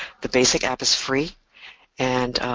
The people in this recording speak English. the basic app is free and,